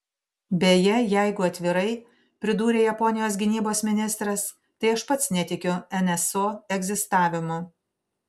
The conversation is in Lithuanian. beje jeigu atvirai pridūrė japonijos gynybos ministras tai aš pats netikiu nso egzistavimu